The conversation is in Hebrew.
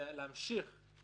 אני אגלה את זה מהר.